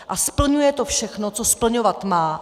A splňuje to všechno, co splňovat má.